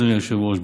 אדוני היושב-ראש,